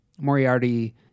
Moriarty